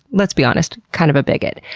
let's be honest, kind of a bigot.